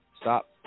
Stop